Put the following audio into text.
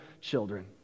children